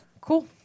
Cool